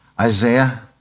Isaiah